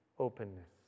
openness